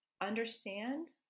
understand